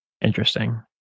interesting